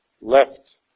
left